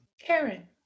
Karen